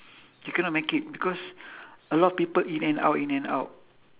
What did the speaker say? you cannot make it because a lot of people in and out in and out